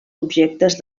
objectes